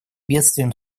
бедствием